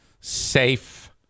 safe